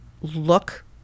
look